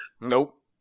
Nope